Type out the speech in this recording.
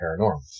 paranormal